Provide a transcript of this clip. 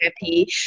happy